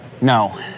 no